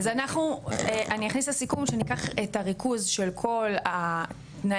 אז אני אכניס לסיכום שניקח את הריכוז של כל התנאים